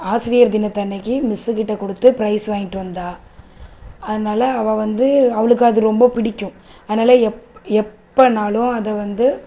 ஆசிரியர் தினத்தன்னைக்கு மிஸ்ஸுகிட்ட கொடுத்து ப்ரைஸ் வாங்கிகிட்டு வந்தா அதனால் அவ வந்து அவளுக்கு அது ரொம்ப பிடிக்கும் அதனால் எப் எப்போனாலும் அதை வந்து